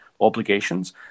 obligations